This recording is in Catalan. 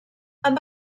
amb